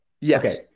Yes